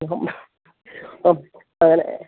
ഇപ്പോള് ആ അങ്ങനെ